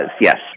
yes